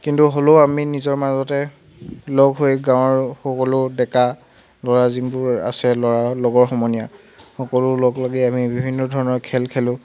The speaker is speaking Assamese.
কিন্তু হ'লেও আমি নিজৰ মাজতে লগ হৈ গাঁৱৰ সকলো ডেকা ল'ৰা যোনবোৰ আছে ল'ৰা লগৰ সমনীয়া সকলো লগ লাগি আমি বিভিন্ন ধৰণৰ খেল খেলোঁ